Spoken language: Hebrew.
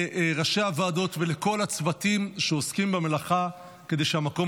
לראשי הוועדות ולכל הצוותים שעוסקים במלאכה כדי שהמקום